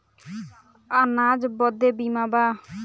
अनाज बदे बीमा बा